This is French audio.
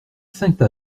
sainte